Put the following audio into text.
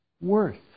worth